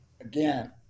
again